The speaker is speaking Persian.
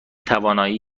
توانایی